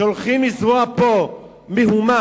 שהולכים לזרוע פה מהומה,